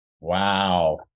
Wow